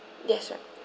that's right